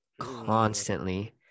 constantly